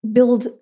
Build